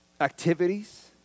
activities